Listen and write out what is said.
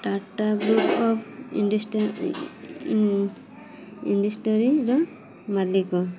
Tata group of industry ଇଣ୍ଡଷ୍ଟ୍ରିରେର ମାଲିକ